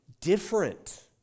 different